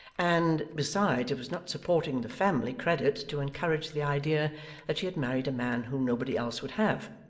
and, besides, it was not supporting the family credit to encourage the idea that she had married a man whom nobody else would have.